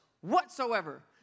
whatsoever